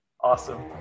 Awesome